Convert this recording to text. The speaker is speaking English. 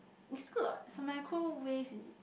it's good what it's a microwave is it